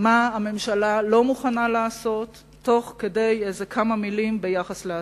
מה הממשלה לא מוכנה לעשות תוך כדי איזה כמה מלים ביחס לעתיד.